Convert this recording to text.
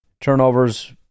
turnovers